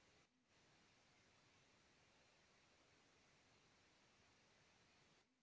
फसल उगावे के खातिर सिचाई क एक बराबर मात्रा तय कइल जाला